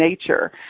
nature